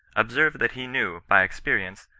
observed that he knew, by experience,